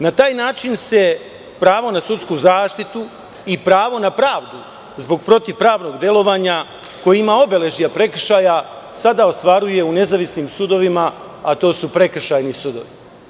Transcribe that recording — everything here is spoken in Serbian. Na taj način se pravo na sudsku zaštitu i pravo na pravdu zbog protivpravnog delovanja koje ima obeležja prekršaja, sada ostvaruje u nezavisnim sudovima a to su prekršajni sudovi.